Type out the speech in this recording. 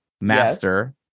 master